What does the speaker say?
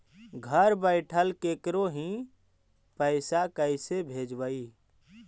घर बैठल केकरो ही पैसा कैसे भेजबइ?